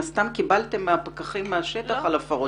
הסתם קיבלתם מן הפקחים מהשטח על הפרות בנייה.